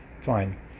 Fine